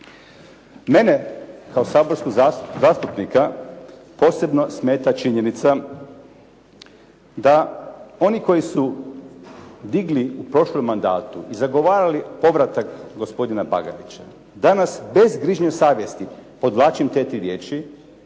Mene kao saborskog zastupnika posebno smeta činjenica da oni koji su digli u prošlom mandatu i zagovarali povratak gospodina Bagarića, danas bez grižnje savjesti, podvlačim te tri riječi,